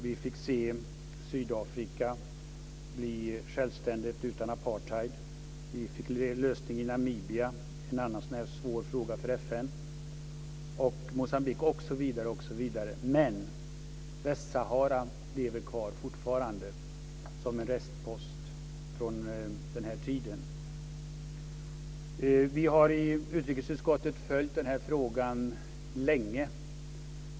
Vi fick se Sydafrika bli självständigt utan apartheid. Vi fick en lösning i Namibia, en annan svår fråga för FN, i Moçambique osv. Men Västsahara lever fortfarande kvar som en restpost från den här tiden. Vi har i utrikesutskottet följt den här frågan länge.